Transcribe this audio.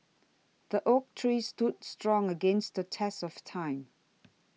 the oak tree stood strong against the test of time